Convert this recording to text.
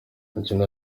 ikindi